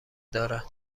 دارند